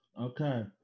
Okay